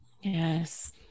Yes